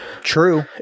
True